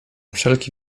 wszelki